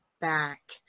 back